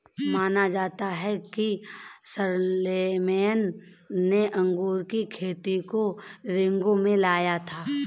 माना जाता है कि शारलेमेन ने अंगूर की खेती को रिंगौ में लाया था